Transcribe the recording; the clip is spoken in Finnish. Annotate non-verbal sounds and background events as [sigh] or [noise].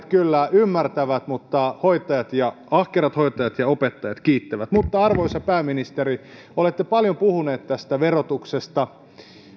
[unintelligible] kyllä ymmärtävät mutta ahkerat hoitajat ja opettajat kiittävät arvoisa pääministeri olette paljon puhunut tästä verotuksesta